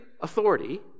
authority